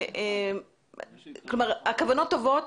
הכוונות טובות,